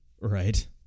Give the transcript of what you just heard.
Right